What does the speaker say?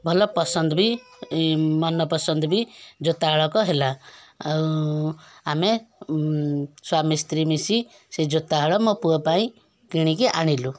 ଭଲ ପସନ୍ଦ ବି ମନପସନ୍ଦ ବି ଜୋତା ହଳକ ହେଲା ଆଉ ଆମେ ସ୍ୱାମୀ ସ୍ତ୍ରୀ ମିଶି ସେ ଜୋତା ହଳ ମୋ ପୁଅ ପାଇଁ କିଣିକି ଆଣିଲୁ